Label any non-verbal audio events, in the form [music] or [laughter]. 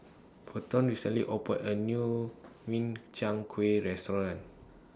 Peyton recently opened A New [noise] Min [noise] Chiang Kueh Restaurant